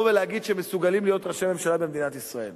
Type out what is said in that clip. שהם מסוגלים להיות ראשי ממשלה במדינת ישראל.